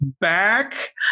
back